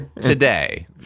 today